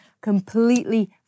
completely